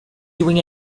doing